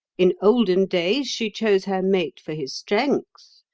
in olden days she chose her mate for his strength.